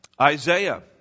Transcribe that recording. Isaiah